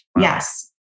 Yes